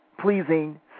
pleasing